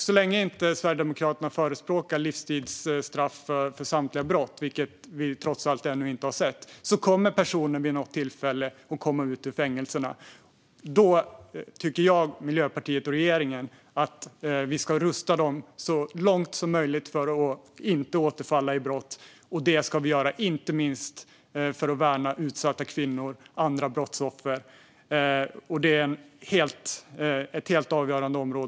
Så länge Sverigedemokraterna inte förespråkar livstidsstraff för samtliga brott - det har vi trots allt ännu inte sett - kommer personerna vid något tillfälle att komma ut ur fängelset. Då tycker jag, Miljöpartiet och regeringen att vi ska rusta dem så långt som möjligt för att de inte ska återfalla i brott. Det ska vi göra inte minst för att värna utsatta kvinnor och andra brottsoffer. Det är ett helt avgörande område.